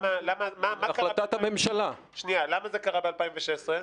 למה זה קרה ב-2016?